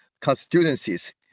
constituencies